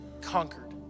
conquered